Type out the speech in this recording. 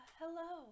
hello